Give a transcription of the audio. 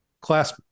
class